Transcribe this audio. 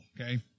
Okay